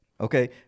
okay